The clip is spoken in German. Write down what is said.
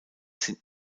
sind